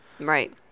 Right